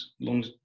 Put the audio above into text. long